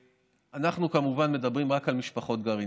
אנחנו כמובן מדברים רק על משפחות גרעיניות.